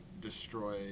destroy